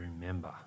remember